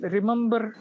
Remember